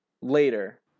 later